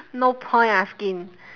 no point asking